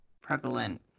prevalent